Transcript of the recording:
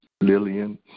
Lillian